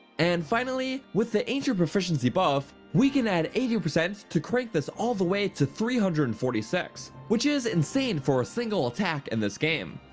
and finally, with the ancient proficiency buff we can add eighty percent to crank this all the way to three hundred and forty six which is insane for a single attack in and this game!